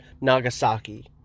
Nagasaki